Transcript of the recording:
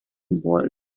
involved